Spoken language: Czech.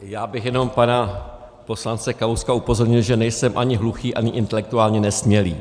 Já bych jenom pana poslance Kalouska upozornil, že nejsem ani hluchý, ani intelektuálně nesmělý.